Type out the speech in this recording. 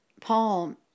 Paul